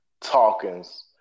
talkings